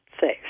safe